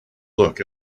look